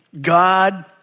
God